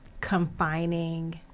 confining